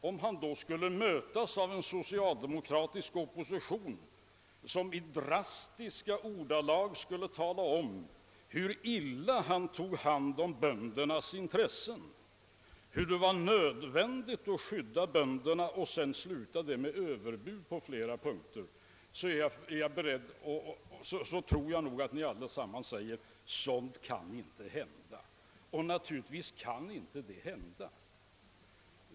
Om han då skulle mötas av en socialdemokratisk opposition, som i drastiska ordalag talade om, hur illa han tillgodosåg böndernas intressen och hur nödvändigt det var att skydda dessa, och om man avslutningsvis skulle framföra överbud på flera punkter, tror jag nog att ni allesammans säger er att något sådant inte kan hända. Och naturligtvis kan det inte ske.